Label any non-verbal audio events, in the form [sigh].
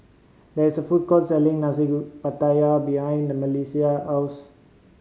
there is a food court selling nasi [unintelligible] pattaya behind Melisa house